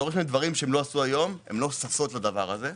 דורש מהם דברים שלא עשו היום, לא ששות לדבר הזה.